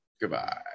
goodbye